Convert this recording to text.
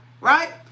right